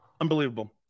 Unbelievable